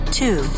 two